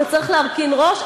אתה צריך להרכין ראש?